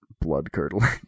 blood-curdling